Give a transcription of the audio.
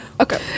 Okay